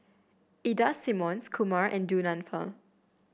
Ida Simmons Kumar and Du Nanfa